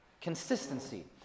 Consistency